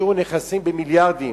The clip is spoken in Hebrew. והשאירו נכסים במיליארדים.